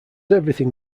everything